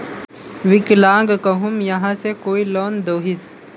विकलांग कहुम यहाँ से कोई लोन दोहिस?